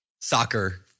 soccer